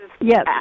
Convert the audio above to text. Yes